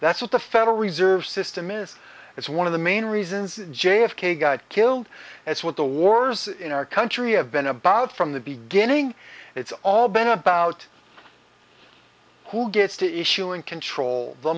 that's what the federal reserve system is it's one of the main reasons j f k got killed that's what the wars in our country have been about from the beginning it's all been about who gets to issue in control the